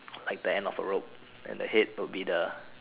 like the end of a rope then the head will be the